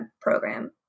program